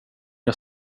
jag